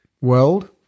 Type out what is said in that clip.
world